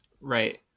Right